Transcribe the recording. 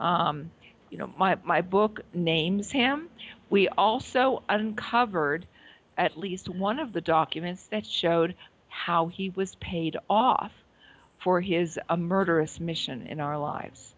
you know my book named sam we also uncovered at least one of the documents that showed how he was paid off for his a murderous mission in our lives